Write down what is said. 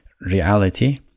reality